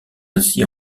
ainsi